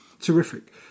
Terrific